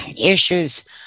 issues